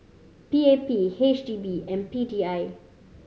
P A P H D B and P D I